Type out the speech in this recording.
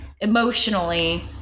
emotionally